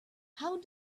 how